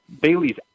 Bailey's